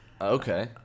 Okay